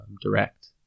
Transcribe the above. direct